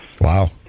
Wow